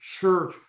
church